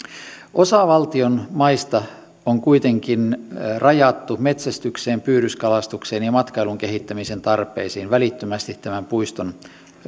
osa valtion maista on kuitenkin rajattu metsästykseen pyydyskalastukseen ja matkailun kehittämisen tarpeisiin välittömästi tämän puiston